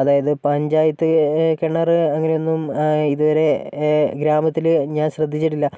അതായത് പഞ്ചായത്ത് കിണറ് അങ്ങനൊന്നും ഇതുവരെ ഗ്രാമത്തില് ഞാൻ ശ്രദ്ധിച്ചിട്ടില്ല